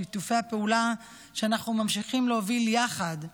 שיתופי הפעולה שאנחנו ממשיכים להוביל יחד.